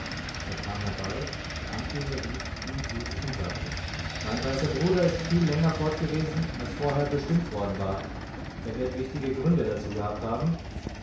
er kam herbei der anführer rief ihn zu sich und sagte mein weißer bruder ist viel länger fortgewesen als vorher bestimmt worden war er wird wichtige gründe dazu gehabt haben